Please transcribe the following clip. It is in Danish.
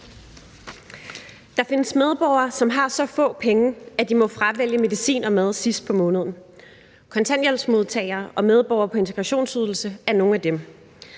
Der findes medborgere, som har så få penge, at de må fravælge medicin og mad sidst på måneden. Kontanthjælpsmodtagere og medborgere på integrationsydelse er nogle af dem.